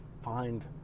find